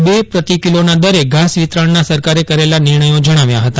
ર પ્રતિકીલોના દરે ઘાસવિતરણના સરકારે કરેલા નિર્ણયો જણાવ્યા હતા